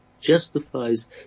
justifies